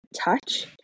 touch